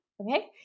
Okay